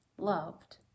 loved